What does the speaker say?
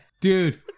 Dude